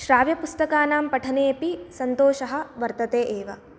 श्राव्यपुस्तकानां पठने अपि सन्तोषः वर्तते एव